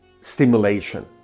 stimulation